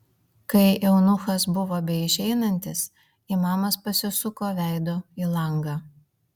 kai eunuchas buvo beišeinantis imamas pasisuko veidu į langą